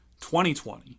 2020